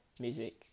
Music